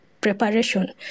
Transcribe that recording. preparation